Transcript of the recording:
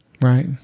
Right